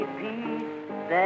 peace